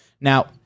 Now